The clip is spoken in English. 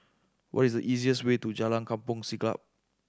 what is the easiest way to Jalan Kampong Siglap